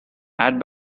add